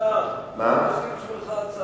חבר הכנסת זאב, יש לי בשבילך הצעה.